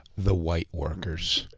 the white workers.